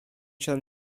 siedem